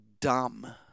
dumb